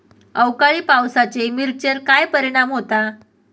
अवकाळी पावसाचे मिरचेर काय परिणाम होता?